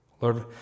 Lord